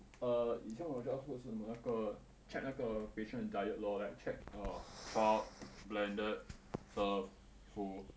err 以前我的 job scope 是什么那个 err check 那个 patient 的 diet lor like check err chop blended serve full